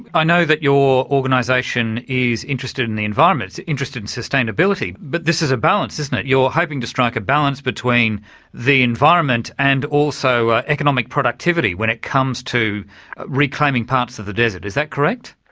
i know that your organisation is interested in the environment, interested in sustainability, but this is a balance, isn't it, you're hoping to strike a balance between the environment and also economic productivity when it comes to reclaiming parts of the desert. is that correct?